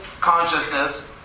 consciousness